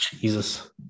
Jesus